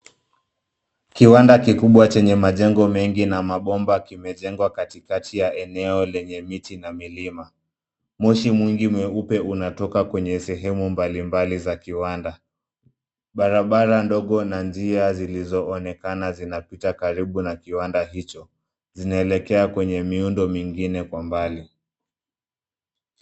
Kiwanda kikubwa chenye majengo mengi na mabomba kimejengwa katikati ya eneo lenye miti na milima. Moshi mwingi mweupe unatoka kwenye sehemu mbalimbali za kiwanda. Barabara dogo na njia zilizoonekana zinapita karibu na kiwanda hicho ,zinaelekea kwenye miundo mingine kwa mbali.